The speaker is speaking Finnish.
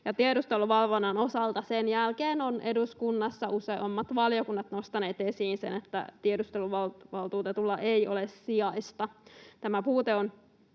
tiedusteluvalvonnan osalta ovat eduskunnassa useammat valiokunnat nostaneet esiin sen, että tiedusteluvalvontavaltuutetulla ei ole sijaista.